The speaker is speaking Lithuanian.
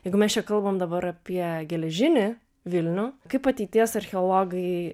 jeigu mes čia kalbam dabar apie geležinį vilnių kaip ateities archeologai